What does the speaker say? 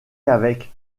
avec